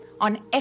on